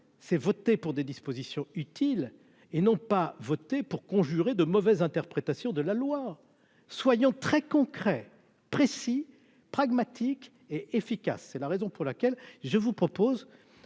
c'est voter pour des dispositions utiles et non pas voté pour conjurer de mauvaise interprétation de la loi, soyons très concrets, précis, pragmatique et efficace, c'est la raison pour laquelle je vous propose,